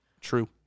True